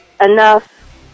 Enough